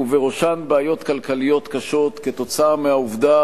ובראשן בעיות כלכליות קשות כתוצאה מהעובדה